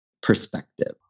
perspective